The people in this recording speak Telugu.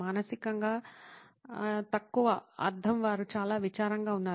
మానసికంగా తక్కువ అర్థం వారు చాలా విచారంగా ఉన్నారు